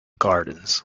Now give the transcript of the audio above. gardens